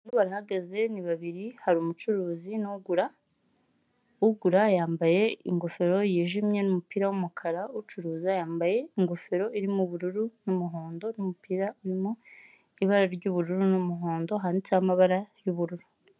Barahagaze ni babiri, hari umucuruzi n'ugura, ugura yambaye ingofero yijimye n'umupira w'umukara, ucuruza yambaye ingofero irimo ubururu n'umuhondo n'umupira urimo ibara ry'ubururu n'umuhondo, handitseho amabara y'ubururu.